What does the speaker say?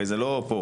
הרי זה לא פה,